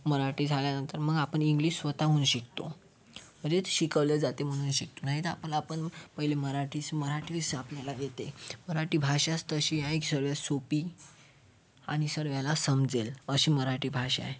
मराठी झाल्यानंतर मग आपण इंग्लिश स्वतःहून शिकतो म्हणजेच शिकवल्या जाते म्हणून शिकतो नाहीतर आपण पहिले मराठीच मराठीच आपल्याला येते मराठी भाषाच तशी आहे सर्वांत सोपी आणि सर्वाला समजेल अशी मराठी भाषा आहे